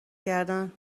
کردن